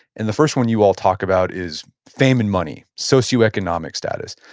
and the first one you all talk about is fame and money, socioeconomic status.